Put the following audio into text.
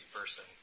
person